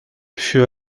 fut